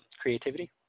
creativity